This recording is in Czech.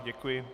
Děkuji.